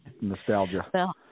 nostalgia